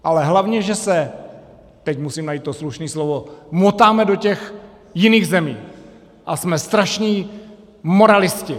Ale hlavně, že se teď musím najít to slušné slovo motáme do jiných zemí a jsme strašní moralisti.